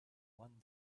one